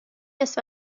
نصف